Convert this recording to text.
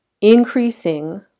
increasing